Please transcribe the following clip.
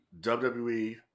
WWE